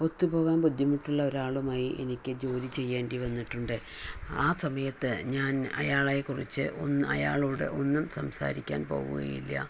ഒത്തു പോകാൻ ബുദ്ധിമുട്ടുള്ള ഒരാളുമായി എനിക്ക് ജോലി ചെയ്യേണ്ടി വന്നിട്ടുണ്ട് ആ സമയത്ത് ഞാൻ അയാളെക്കുറിച്ച് അയാളോട് ഒന്നും സംസാരിക്കാൻ പോവുകയില്ല